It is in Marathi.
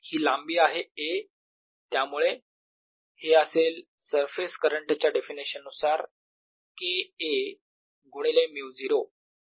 ही लांबी आहे a त्यामुळे हे असेल सरफेस करंट च्या डेफिनेशन नुसार K a गुणिले μ0